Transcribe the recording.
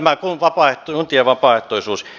niin tämä kuntien vapaaehtoisuus